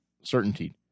certainty